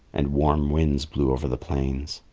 and warm winds blew over the plains.